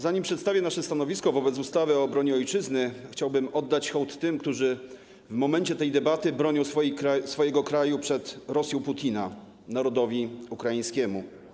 Zanim przedstawię nasze stanowisko wobec ustawy o obronie Ojczyzny, chciałbym oddać hołd tym, którzy w czasie tej debaty bronią swojego kraju przed Rosją Putina - narodowi ukraińskiemu.